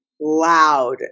loud